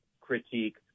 critique